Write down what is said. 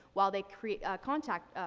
while they cr contact, ah,